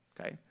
okay